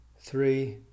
three